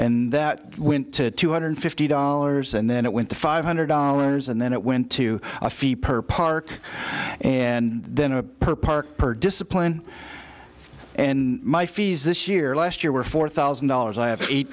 and that went to two hundred fifty dollars and then it went to five hundred dollars and then it went to a fee per park and then a per park per discipline and my fees this year last year were four thousand dollars i have eight